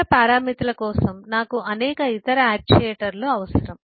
ఇతర పారామితుల కోసం నాకు అనేక ఇతర ఆక్చుయేటర్లు అవసరం